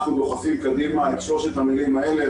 אנחנו דוחפים קדימה את שלוש המילים האלה,